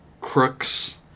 crooks